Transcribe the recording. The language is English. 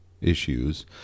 issues